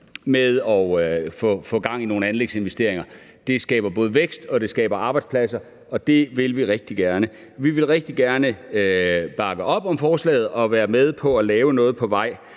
godt i gang med nogle anlægsinvesteringer. Det skaber både vækst og arbejdspladser, og det vil vi rigtig gerne. Vi vil rigtig gerne bakke op om forslaget og være med til at lave noget på vores